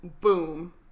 Boom